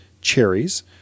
cherries